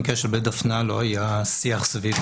במקרה של בית דפנה לא היה שיח סביב